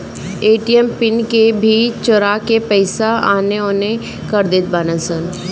ATM pin के भी चोरा के पईसा एनेओने कर देत बाड़ऽ सन